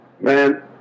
man